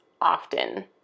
often